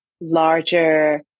larger